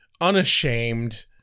unashamed